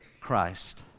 Christ